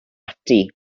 ati